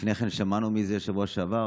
לפני כן שמענו מזה בשבוע שעבר.